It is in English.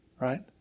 Right